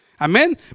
Amen